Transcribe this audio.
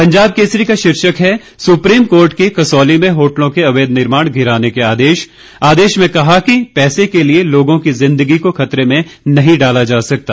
पंजाब केसरी का शीर्षक है सुप्रीम कोर्ट के कसौली में होटलों के अवैध निर्माण गिराने के आदेश आदेश में कहा कि पैसे के लिए लोगों की जिंदगी को खतरे में नहीं डाला जा सकता